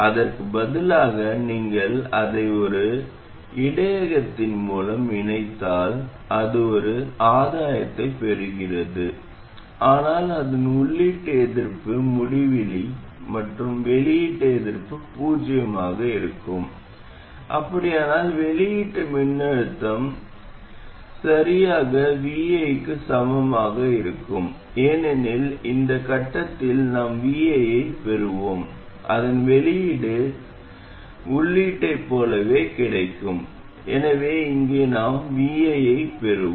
அதற்குப் பதிலாக நீங்கள் அதை ஒரு இடையகத்தின் மூலம் இணைத்தால் அது ஒரு ஆதாயத்தைப் பெறுகிறது ஆனால் அதன் உள்ளீட்டு எதிர்ப்பு முடிவிலி மற்றும் வெளியீட்டு எதிர்ப்பு பூஜ்ஜியமாக இருக்கும் அப்படியானால் வெளியீட்டு மின்னழுத்தம் சரியாக Vi க்கு சமமாக இருக்கும் ஏனெனில் இந்த கட்டத்தில் நாம் Vi ஐப் பெறுவோம் அதன் வெளியீடு உள்ளீட்டைப் போலவே கிடைக்கும் எனவே இங்கே நாம் Vi ஐப் பெறுவோம்